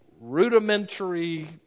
rudimentary